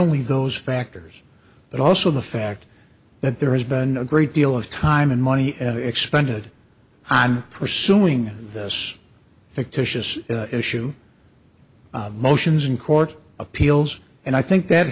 only those factors but also the fact that there has been a great deal of time and money expended on pursuing this fictitious issue motions in court appeals and i think that